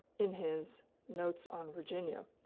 in his notes on virginia,